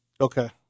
Okay